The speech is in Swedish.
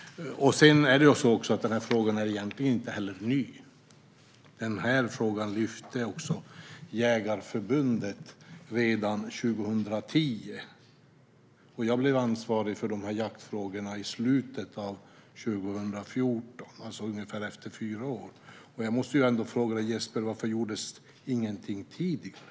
Frågan är inte heller ny, egentligen. Jägarförbundet lyfte fram den här frågan redan 2010. Jag blev ansvarig för jaktfrågorna i slutet av 2014, alltså efter ungefär fyra år. Jag måste ändå fråga dig, Jesper: Varför gjordes ingenting tidigare?